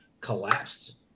collapsed